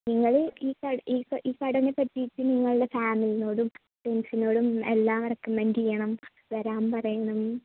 നിങ്ങൾ ഈ ഈ ഈ ഈ കടയിനെ പറ്റിയിട്ട് നിങ്ങളുടെ ഫാമിലിനോടും ഫ്രണ്ട്സിനോടും എല്ലാം റെക്കമെന്റ് ചെയ്യണം വരാൻ പറയണം